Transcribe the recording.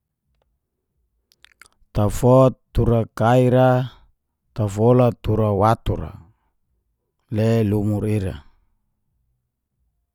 Tafot tura kai ra, tafola tura watu ra, le lumur ira.